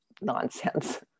nonsense